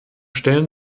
stellen